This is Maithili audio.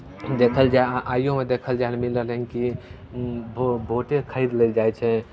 देखल जाइ अहाँ आइओमे देखल जाय लेल मिल रहलै हन कि भो भोटे खरीद लेल जाइ छै